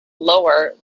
lower